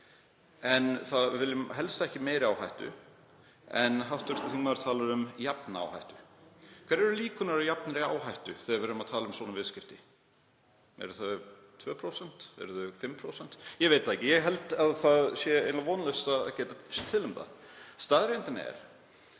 en við viljum helst ekki meiri áhættu. Hv. þingmaður talar um jafna áhættu. Hverjar eru líkurnar á jafnri áhættu þegar við erum að tala um svona viðskipti? Eru þær 2% eða eru þær 5%? Ég veit það ekki. Ég held að það sé eiginlega vonlaust að geta sér til um það. Staðreyndin er